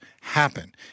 happen